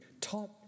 taught